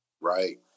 Right